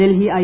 Delhi I